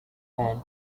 and